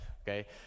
okay